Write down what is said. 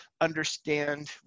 understand